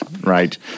right